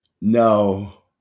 No